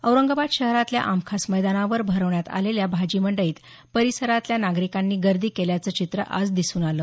औरंगाबाद शहरातल्या आमखास मैदानावर भरवण्यात आलेल्या भाजी मंडईत परिसरातल्या नागरिकांनी गर्दी केल्याचं चित्र आज दिसून आलं